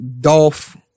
Dolph